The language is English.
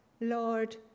Lord